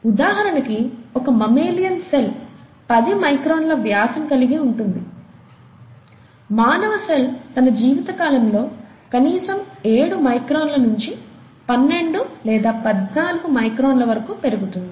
ఉదాహరణకి ఒక mammalian cell 10 మైక్రాన్ల వ్యాసం కలిగి ఉంటుంది మానవ సెల్ తన జీవిత కాలంలో కనీసం 7 మైక్రాన్ల నుంచి 12 లేదా 14 మైక్రాన్ల వరకు పెరుగుతుంది